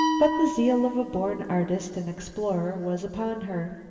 but the zeal of a born artist and explorer was upon her.